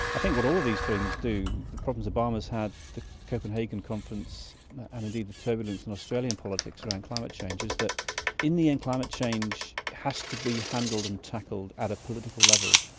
i think what all of these things do, the problems obama has had, the copenhagen conference and indeed the turbulence in australian politics around climate change is that in the end climate change has to be handled and tackled at a political level.